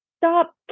stop